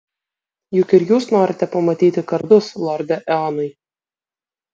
juk ir jūs norite pamatyti kardus lorde eonai